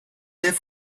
liv